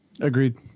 agreed